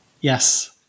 Yes